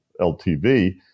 LTV